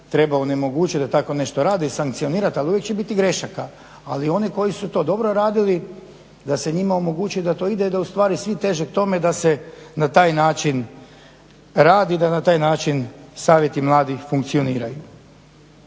trebalo onemogućiti da tako nešto rade i sankcionirati ali uvijek će biti grešaka. Ali one koji su to dobro radili da se njima omogući da to ide da ustvari svi teže k tome da se na taj način radi da na taj način savjeti mladih funkcioniraju.